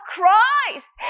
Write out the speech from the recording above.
Christ